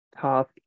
task